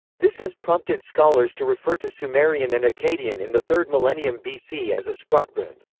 this has prompted scholars to refer to sumerian and akkadian in the third millennium bc as a sprachbund.